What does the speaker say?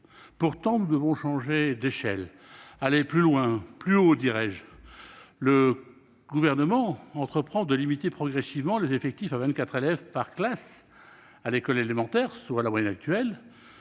Pourtant, nous devons changer d'échelle, aller plus loin, plus haut, dirai-je. Le Gouvernement entend limiter progressivement les effectifs à 24 élèves par classe à l'école élémentaire, soit la moyenne actuelle.